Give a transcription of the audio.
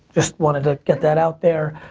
just wanted to get that out there.